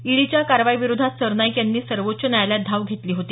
ईडीच्या कारवाई विरोधात सरनाईक यांनी सर्वोच्च न्यायालयात धाव घेतली होती